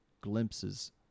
glimpses